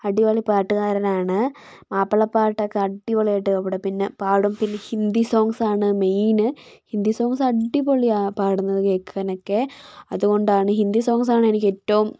അടിപൊളി പാട്ടുകാരനാണ് മാപ്പിളപ്പാട്ടൊക്കെ അടിപൊളിയായിട്ട് ഇവിടെ പിന്നെ പാടും പിന്നെ ഹിന്ദി സോങ്ങ്സ് ആണ് മെയിൻ ഹിന്ദി സോങ്ങ്സ് അടിപൊളിയാണ് പാടുന്നത് കേൾക്കാനൊക്കെ അതുകൊണ്ടാണ് ഹിന്ദി സോങ്ങ്സാണ് എനിക്ക് ഏറ്റവും